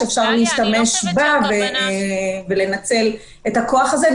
שאפשר להשתמש בה ולנצל את הכוח הזה,